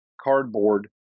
cardboard